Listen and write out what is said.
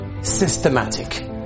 systematic